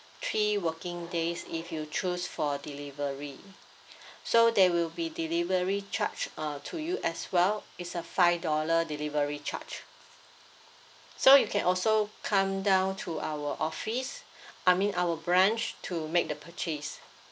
three working days if you choose for delivery so there will be delivery charge uh to you as well it's a five dollar delivery charge so you can also come down to our office I mean our branch to make the purchase